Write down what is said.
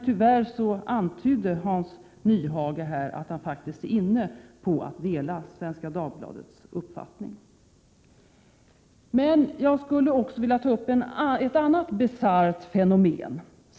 Tyvärr antydde Hans Nyhage att han är inne på att dela Svenska Dagbladets uppfattning. Jag skulle också vilja ta upp ett annat bisarrt fenomen.